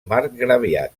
marcgraviat